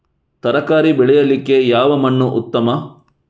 ತರಕಾರಿ ಬೆಳೆಯಲಿಕ್ಕೆ ಯಾವ ಮಣ್ಣು ಉತ್ತಮ?